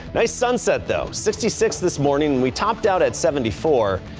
nice sunset though sixty six this morning we topped out at seventy four.